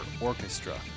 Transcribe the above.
Orchestra